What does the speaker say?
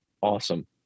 awesome